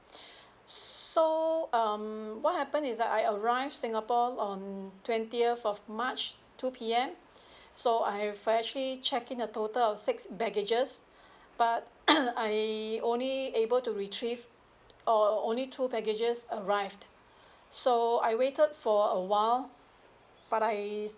so um what happened is that I arrive singapore on twentieth of march two P_M so I have actually check in a total of six baggage but I only able to retrieve or only two baggage arrived so I waited for awhile but I